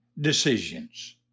decisions